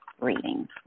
reading